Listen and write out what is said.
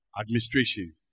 administration